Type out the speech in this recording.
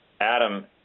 Adam